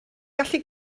gallu